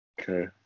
Okay